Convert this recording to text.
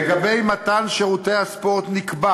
לגבי מתן שירותי הספורט נקבע